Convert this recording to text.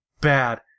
bad